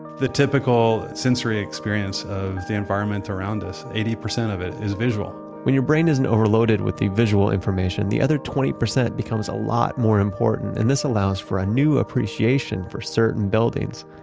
the typical sensory experience of the environment around us, eighty percent of it is visual when your brain isn't overloaded with the visual information, the other twenty percent becomes a lot more important and this allows for a new appreciation for certain buildings.